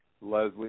Leslie